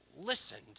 listened